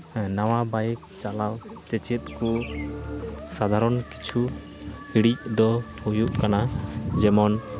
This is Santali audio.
ᱱᱟᱣᱟ ᱵᱟᱭᱤᱠ ᱪᱟᱞᱟᱣᱨᱮ ᱪᱮᱫᱠᱚ ᱥᱟᱫᱷᱟᱨᱚᱱ ᱠᱤᱪᱷᱩ ᱦᱤᱲᱤᱡ ᱫᱚ ᱦᱩᱭᱩᱜ ᱠᱟᱱᱟ ᱡᱮᱢᱚᱱ